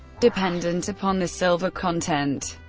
dependent upon the silver content.